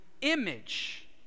image